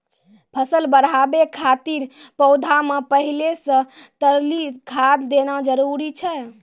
फसल बढ़ाबै खातिर पौधा मे पहिले से तरली खाद देना जरूरी छै?